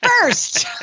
first